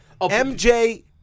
MJ